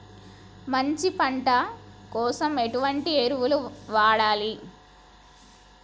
మంచి పంట కోసం ఎటువంటి ఎరువులు వాడాలి?